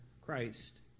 Christ